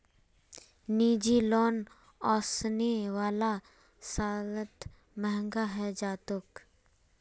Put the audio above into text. निजी लोन ओसने वाला सालत महंगा हैं जातोक